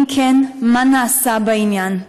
2. אם כן, מה נעשה בעניין?